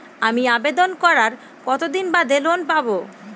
আমি আবেদন করার কতদিন বাদে লোন পাব?